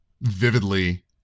vividly